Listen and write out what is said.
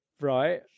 right